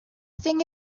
thing